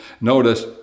Notice